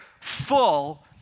full